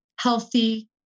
healthy